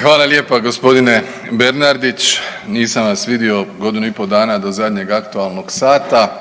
Hvala lijepa. Gospodine Bernardić, nisam vas vidio godinu i pol dana do zadnjeg aktualnog sata